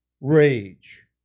rage